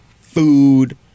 food